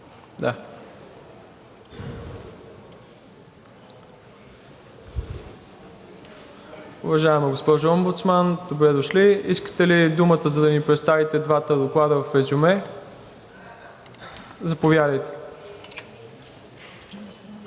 Уважаема госпожо Омбудсман, добре дошла! Искате ли думата, за да ни представите двата доклада в резюме? Заповядайте,